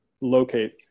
locate